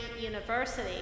University